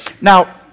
Now